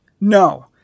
no